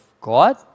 God